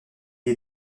est